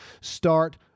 start